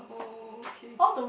oh okay